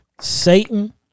Satan